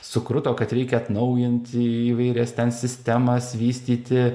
sukruto kad reikia atnaujint įvairias ten sistemas vystyti